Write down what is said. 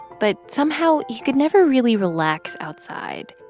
but somehow, he could never really relax outside.